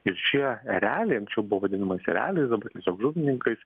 ir šie ereliai anksčiau buvo vadinamas ereliais dabar tiesiog žuvininkais